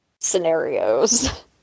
scenarios